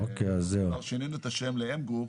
שינינו את השם ל-Mgroup,